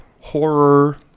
horror